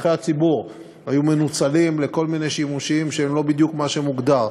שטחי הציבור היו מנוצלים לכל מיני שימושים שהם לא בדיוק מה שמוגדר,